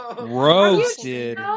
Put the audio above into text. roasted